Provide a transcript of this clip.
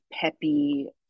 peppy